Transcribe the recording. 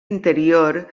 interior